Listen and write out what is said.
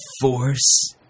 Force